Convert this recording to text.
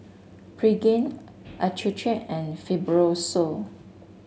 Pregain Accucheck and Fibrosol